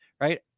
right